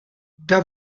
the